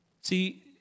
See